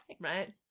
Right